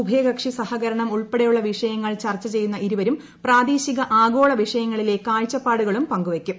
ഉഭയകക്ഷി സഹകരണം ഉൾപ്പെടെ യുള്ള വിഷയങ്ങൾ ചർച്ച ചെയ്യുന്ന ഇരുവരും പ്രാദേശിക ആഗോള വിഷയങ്ങളിലെ കാഴ്ചപ്പാടുകളും പങ്കുവയ്ക്കും